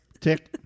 Tick